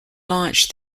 launched